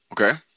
Okay